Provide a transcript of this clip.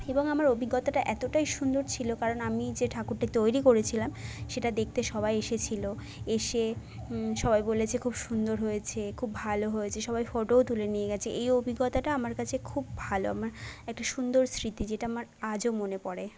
এবং আমার অভিজ্ঞতাটা এতটাই সুন্দর ছিল কারণ আমি যে ঠাকুরটা তৈরি করেছিলাম সেটা দেখতে সবাই এসেছিলো এসে সবাই বলেছে খুব সুন্দর হয়েছে খুব ভালো হয়েছে সবাই ফটোও তুলে নিয়ে গেছে এই অভিজ্ঞতাটা আমার কাছে খুব ভালো আমার একটা সুন্দর স্মৃতি যেটা আমার আজও মনে পড়ে